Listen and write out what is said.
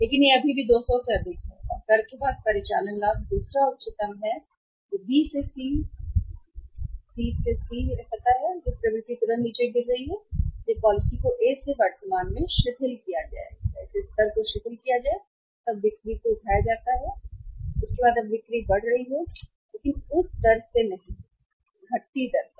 लेकिन यह अभी भी 200 से अधिक है और कर के बाद परिचालन लाभ दूसरा उच्चतम है जो बी से सी सी से सी है पता है कि यह प्रवृत्ति तुरंत नीचे गिर रही है जब पॉलिसी को ए से वर्तमान में शिथिल किया जाए स्तर तब बिक्री को उठाया जाता है उसके बाद अब बिक्री बढ़ रही है लेकिन उसी दर से नहीं घटती दर पर